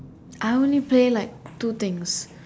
I only play like two things